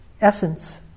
essence